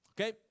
Okay